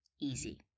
Easy